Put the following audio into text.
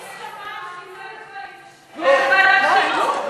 יש הסכמה מצד הקואליציה שזה ילך לוועדת החינוך,